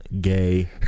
gay